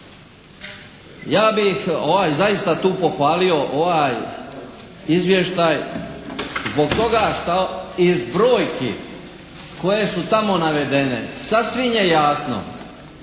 Ja bih zaista tu pohvalio ovaj izvještaj zbog toga što iz brojki koje su tamo navedene sasvim je jasno